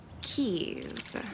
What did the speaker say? Keys